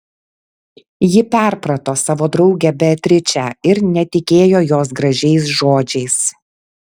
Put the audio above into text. ji perprato savo draugę beatričę ir netikėjo jos gražiais žodžiais